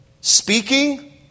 speaking